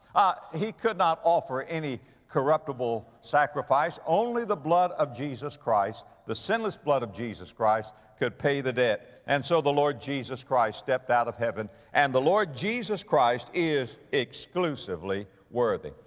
he could not offer any corruptible sacrifice. only the blood of jesus christ, the sinless blood of jesus christ could pay the debt. and so the lord jesus christ stepped out of heaven and the lord jesus christ is exclusively worthy.